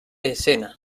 escena